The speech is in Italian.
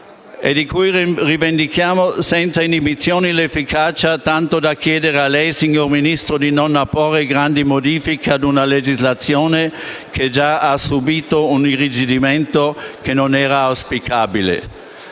e di cui rivendichiamo senza inibizioni l'efficacia tanto da chiedere a lei, signor Ministro, di non apporre alcuna modifiche ad una legislazione che già ha subito un irrigidimento che non era auspicabile.